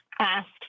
asked